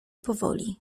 powoli